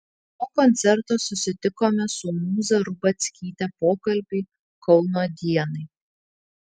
po koncerto susitikome su mūza rubackyte pokalbiui kauno dienai